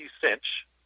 Cinch